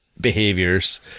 behaviors